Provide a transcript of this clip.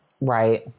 Right